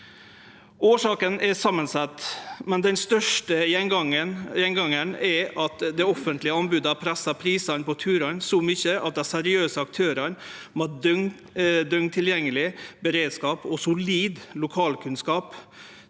Årsakene er samansette, men den største gjengangaren er at dei offentlege anboda pressar prisane på turane så mykje at dei seriøse aktørane, med døgntilgjengeleg beredskap og solid lokalkunnskap,